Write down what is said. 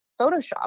Photoshop